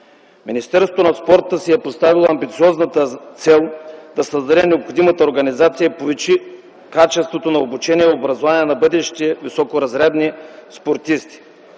Министерството на спорта си е поставило амбициозната цел да създаде необходимата организация и повиши качеството на обучение и образование на бъдещи високоразрядни спортисти.